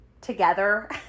together